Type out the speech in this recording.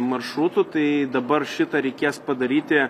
maršrutų tai dabar šitą reikės padaryti